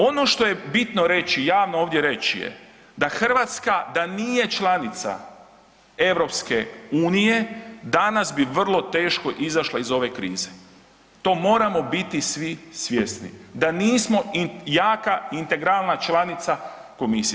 Ono što je bitno reći javno ovdje reći da Hrvatska da nije članica EU danas bi vrlo teško izašla iz ove krize, toga moramo biti svi svjesni, da nismo jaka integralna članica Komisije.